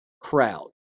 crowd